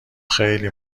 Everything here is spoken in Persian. خیلی